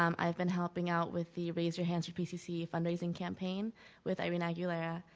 um i've been helping out with the raise your hands for pcc fundraising campaign with irene aguilera.